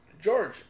George